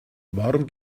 warum